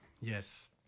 Yes